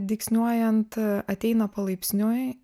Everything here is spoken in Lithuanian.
dygsniuojant ateina palaipsniui